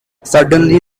suddenly